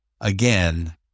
again